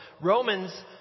Romans